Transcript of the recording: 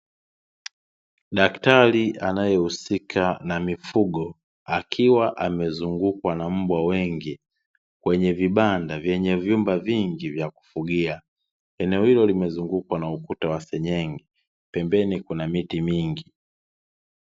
Daktari anaehusika na mifugo, akiwa amezunguukwa na mbwa wengi kwenye vibanda vyenye vyumba vingi vya kufugia eneo hilo limezunguukwa na ukuta wenye senyenge pembeni kuna miti mingi.